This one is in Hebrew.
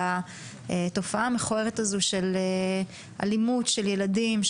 לתופעה המכוערת של אלימות ילדים,